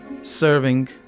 serving